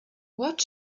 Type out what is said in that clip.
what